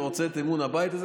ורוצה את אמון הבית הזה,